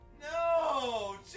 No